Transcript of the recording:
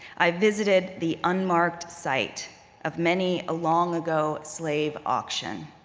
i visited the unmarked site of many a long-ago slave auction.